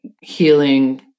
healing